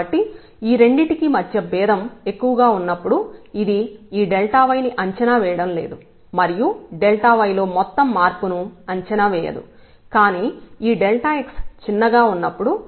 కాబట్టి ఈ రెండిటికీ మధ్య భేదం ఎక్కువగా ఉన్నప్పుడు ఇది ఈ dy ని అంచనావేయడం లేదు మరియు y లోని మొత్తం మార్పును అంచనా వేయదు కానీ ఈ x చిన్నగా ఉన్నప్పుడు